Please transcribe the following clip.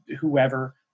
whoever